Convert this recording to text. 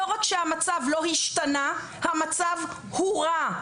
לא רק שהמצב לא השתנה, המצב הורע.